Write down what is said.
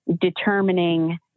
determining